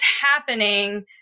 happening